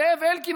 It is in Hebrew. זאב אלקין,